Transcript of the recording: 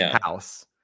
house